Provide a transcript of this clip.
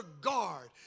guard